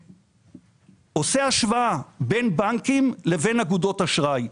שעושה השוואה בין בנקים לבין אגודות אשראי.